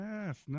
Yes